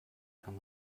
kann